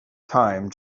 time